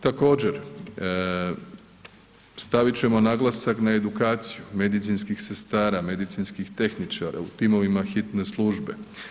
Također, stavit ćemo naglasak na edukaciju medicinskih sestara, medicinskih tehničara u timovima hitne službe.